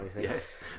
Yes